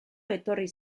etorri